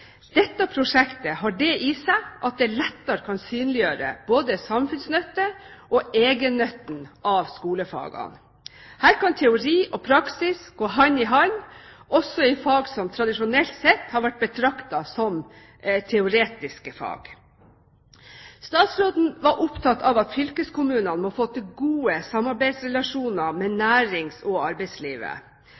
Dette prosjektet har det i seg at det lettere kan synliggjøre både samfunnsnytten og egennytten av skolefagene. Her kan teori og praksis gå hånd i hånd også i fag som tradisjonelt har vært betraktet som teoretiske fag. Statsråden var opptatt av at fylkeskommunene må få til gode samarbeidsrelasjoner med næringslivet og arbeidslivet.